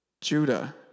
Judah